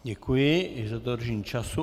Děkuji i za dodržení času.